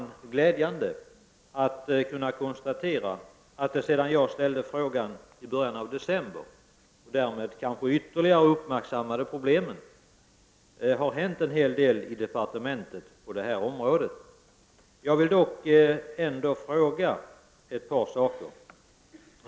Det är glädjande att kunna konstatera att det sedan jag ställde frågan i början av december och därmed kanske ytterligare uppmärk sammade problemen har hänt en hel del inom departementet på det här området. Jag vill dock ändå fråga ett par saker.